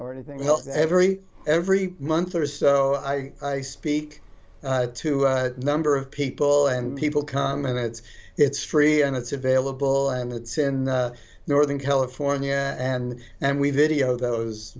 or anything else every every month or so i speak to number of people and people come and that's it's tree and it's available and it's in northern california and and we video